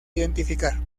identificar